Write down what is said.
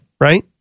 Right